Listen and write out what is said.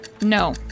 No